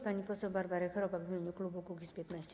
Pani poseł Barbara Chrobak w imieniu klubu Kukiz’15.